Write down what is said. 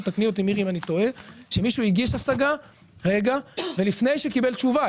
תקני אותי אם טועה שמישהו הגיש השגה ולפני שקיבל תשובה,